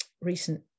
recent